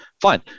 Fine